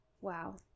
wow